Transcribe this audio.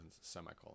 semicolon